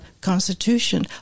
Constitution